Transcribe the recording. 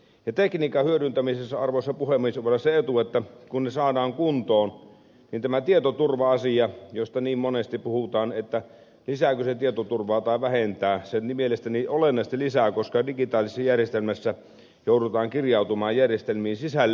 tekniikan hyödyntämisessä arvoisa puhemies on se etu että kun se saadaan kuntoon niin tämä tietoturva asia josta niin monesti puhutaan että lisääkö vai vähentääkö tietotekniikka tietoturvaa mielestäni olennaisesti paranee koska digitaalisessa järjestelmässä joudutaan kirjautumaan järjestelmiin sisälle